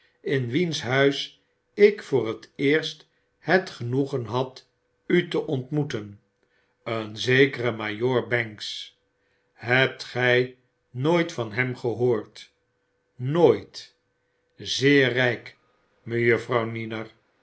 in wiens huis ik voor het eerst het genoegen had u te ontmoeten zekere majoor banks hebt gy nooit van hem gehoord nooit zeer rijk mejuffrouw niner